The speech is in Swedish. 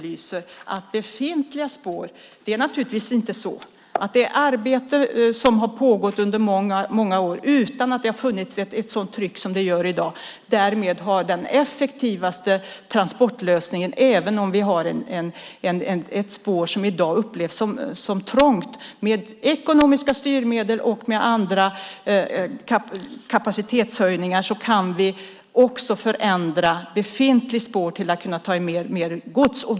Det har under många år pågått ett arbete utan att det har funnits ett sådant tryck som i dag. Det är den effektivaste transportlösningen även om vi har ett spår som i dag upplevs som trångt. Med ekonomiska styrmedel och andra kapacitetshöjningar kan vi också förändra befintligt spår till att ta mer gods.